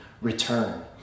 return